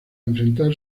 enfrentar